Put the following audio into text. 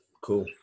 Cool